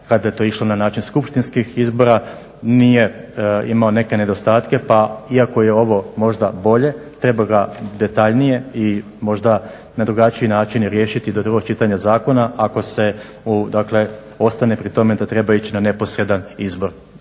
kada je to išlo na način skupštinskih izbora nije imao neke nedostatke pa iako je ovo možda bolje treba ga detaljnije i možda na drugačiji način riješiti do drugog čitanja zakona, ako se ostane pri tome da treba ići na neposredan izbor.